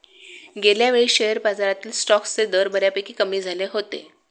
गेल्यावेळी शेअर बाजारातील स्टॉक्सचे दर बऱ्यापैकी कमी झाले होते